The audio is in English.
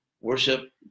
worship